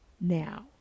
Now